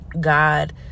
God